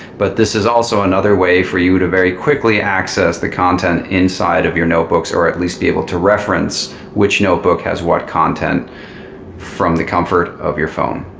but this is also another way for you to very quickly access the content inside of your notebooks, or at least be able to reference which notebook has what content from the comfort of your phone